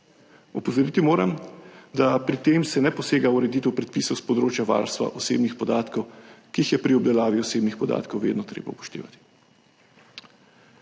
Opozoriti moram, da se pri tem ne posega v ureditev predpisov s področja varstva osebnih podatkov, ki jih je pri obdelavi osebnih podatkov vedno treba upoštevati.